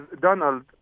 Donald